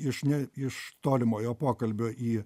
iš ne iš tolimojo pokalbio į